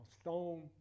stone